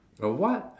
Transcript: a what